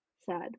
sad